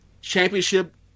championship